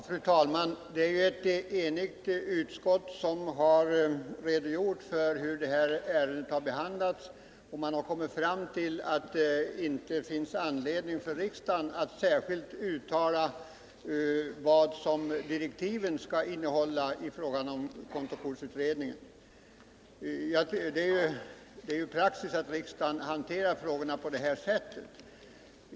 Fru talman! Det är ett enigt utskott som har redogjort för hur det här ärendet behandlats, och man har kommit fram till att det inte finns anledning för riksdagen att särskilt uttala vad direktiven för kontokortsutredningen skall innehålla. Det är ju praxis att riksdagen hanterar frågorna på det här sättet.